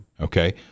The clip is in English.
Okay